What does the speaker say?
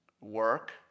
work